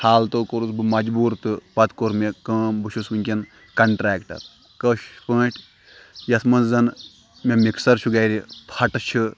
حالتو کوٚرُس بہٕ مَجبوٗر تہٕ پَتہٕ کوٚر مےٚ کٲم بہٕ چھُس وٕنۍکٮ۪ن کَنٹرٛٮ۪کٹَر کٲشہِ پٲٹھۍ یَتھ منٛز زَنہٕ مےٚ مِکسَر چھُ گَرِ پھَٹہٕ چھِ